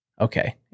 Okay